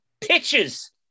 pitches